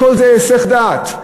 הכול זה היסח דעת.